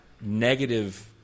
negative